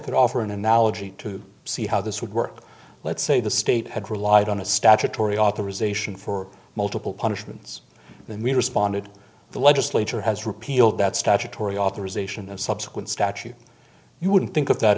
could offer an analogy to see how this would work let's say the state had relied on a statutory authorization for multiple punishments then we responded the legislature has repealed that statutory authorization of subsequent statute you wouldn't think of that